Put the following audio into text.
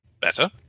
Better